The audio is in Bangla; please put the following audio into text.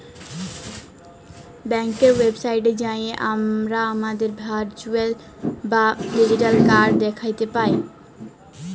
ব্যাংকের ওয়েবসাইটে যাঁয়ে আমরা আমাদের ভারচুয়াল বা ডিজিটাল কাড় দ্যাখতে পায়